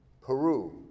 Peru